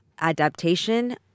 adaptation